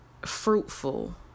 fruitful